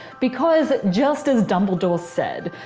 because, just as dumbledore said,